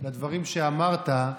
לדברים שאמרת: